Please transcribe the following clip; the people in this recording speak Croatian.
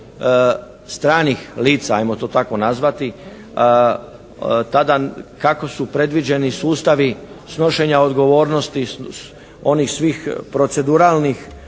stranih lica, ajmo to tako nazvati, tada, kako su predviđeni sustavi snošenja odgovornosti, onih svih proceduralnih